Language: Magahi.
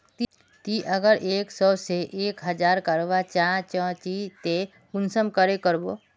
ती अगर एक सो से एक हजार करवा चाँ चची ते कुंसम करे करबो?